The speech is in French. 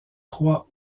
trois